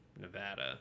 Nevada